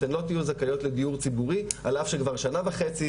אתן לא תהיו זכאיות לדיור ציבורי על אף שכבר שנה וחצי,